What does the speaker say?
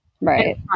Right